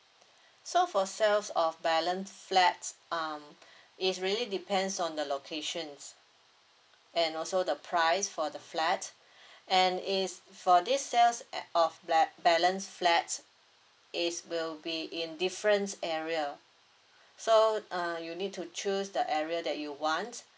so for sales of balance flats um it's really depends on the locations and also the price for the flat and is for this sales of like balance flat is will be in different area so uh you need to choose the area that you want